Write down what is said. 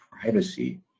privacy